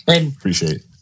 Appreciate